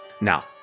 Now